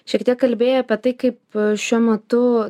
šiek tiek kalbėjai apie tai kaip šiuo metu